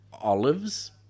Olives